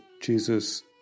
Jesus